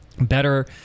better